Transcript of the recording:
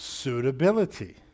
suitability